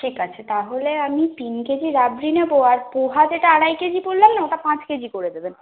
ঠিক আছে তাহলে আমি তিন কেজি রাবড়ি নেবো আর পোহা যেটা আড়াই কেজি বললাম না ওটা পাঁচ কেজি করে দেবেন